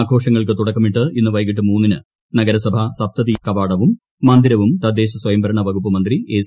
ആഘോഷങ്ങൾക്കു തുടക്കമിട്ട് ഇന്ന് വൈകിട്ട് മൂന്നിന് നഗരസഭ സ്ത്ര്പ്തി കവാടവും മന്ദിരവും തദ്ദേശ സ്വയംഭരണ വകുപ്പ് മന്ത്രി ്ക്രി